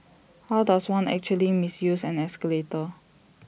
how does one actually misuse an escalator